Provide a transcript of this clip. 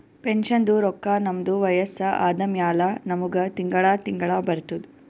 ಪೆನ್ಷನ್ದು ರೊಕ್ಕಾ ನಮ್ದು ವಯಸ್ಸ ಆದಮ್ಯಾಲ ನಮುಗ ತಿಂಗಳಾ ತಿಂಗಳಾ ಬರ್ತುದ್